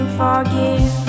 forgive